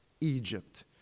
Egypt